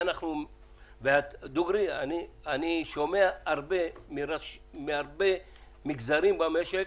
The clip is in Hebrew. דוגרי, אני שומע מהרבה מגזרים במשק,